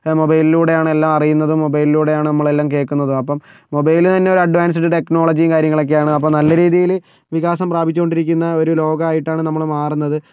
മൊബൈലിലൂടെ ആണ് എല്ലാം അറിയുന്നതും മൊബൈലിലൂടെ ആണ് നമ്മൾ എല്ലാം കേൾക്കുന്നതും അപ്പം മൊബൈൽ തന്നെ ഒരു അഡ്വാൻസ്ഡ് ടെക്നോളജിയും കാര്യങ്ങളൊക്കെയാണ് അപ്പോൾ നല്ലരീതിയിൽ വികാസം പ്രാപിച്ചുകൊണ്ടിരിക്കുന്ന ഒരു ലോകമായിട്ടാണ് നമ്മൾ മാറുന്നത്